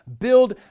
Build